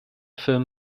film